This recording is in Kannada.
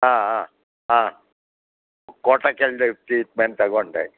ಹಾಂ ಹಾಂ ಹಾಂ ಕೊಟ್ಟಕ್ಕಲ್ದು ಟ್ರೀಟ್ಮೆಂಟ್ ತೊಗೊಂಡೆ